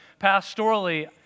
pastorally